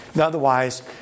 Otherwise